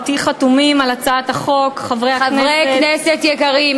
אתי חתומים על הצעת החוק חברי כנסת יקרים,